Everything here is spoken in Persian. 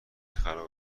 خرابه